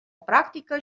practică